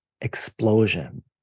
explosion